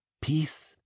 Peace